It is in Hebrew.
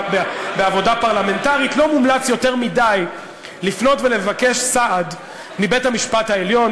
בעבודה פרלמנטרית לא מומלץ יותר מדי לפנות ולבקש סעד מבית-המשפט העליון,